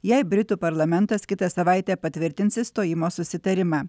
jei britų parlamentas kitą savaitę patvirtins išstojimo susitarimą